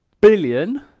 billion